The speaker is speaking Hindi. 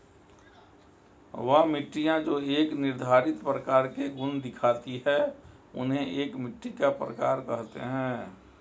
वह मिट्टियाँ जो एक निर्धारित प्रकार के गुण दिखाती है उन्हें एक मिट्टी का प्रकार कहते हैं